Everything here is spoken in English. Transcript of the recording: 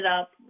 up